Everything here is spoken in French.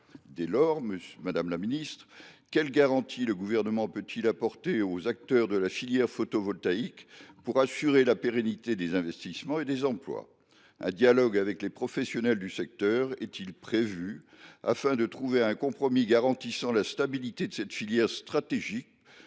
Dès lors, madame la ministre, quelles garanties le Gouvernement peut il apporter aux acteurs de la filière photovoltaïque pour assurer la pérennité des investissements et des emplois ? Un dialogue avec les professionnels du secteur est il prévu afin de trouver un compromis garantissant la stabilité de cette filière stratégique